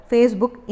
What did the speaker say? Facebook